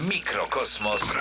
Mikrokosmos